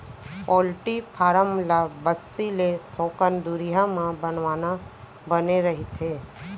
poultry farm ल बस्ती ले थोकन दुरिहा म बनवाना बने रहिथे